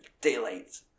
daylight